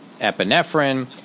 epinephrine